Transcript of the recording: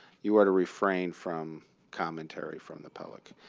you are to refrain from commentary from the public.